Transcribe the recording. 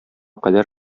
кадәр